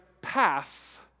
path